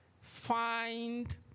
find